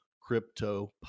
crypto